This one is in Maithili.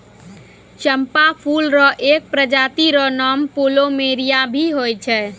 चंपा फूल र एक प्रजाति र नाम प्लूमेरिया भी होय छै